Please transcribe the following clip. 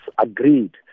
agreed